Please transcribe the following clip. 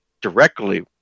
directly